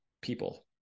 people